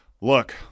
look